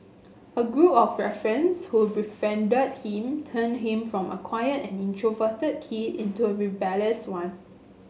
a group of ruffians who befriended him turned him from a quiet and introverted kid into a rebellious one